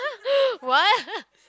what